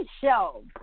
show